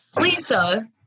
Lisa